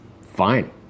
Fine